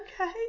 okay